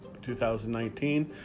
2019